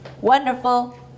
wonderful